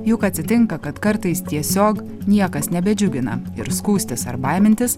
juk atsitinka kad kartais tiesiog niekas nebedžiugina ir skųstis ar baimintis